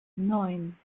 neun